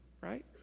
right